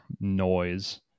noise